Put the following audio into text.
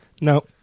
No